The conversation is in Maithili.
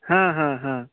हाँ हाँ हाँ